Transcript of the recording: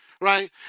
Right